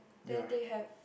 then they have